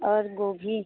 और गोभी